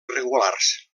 regulars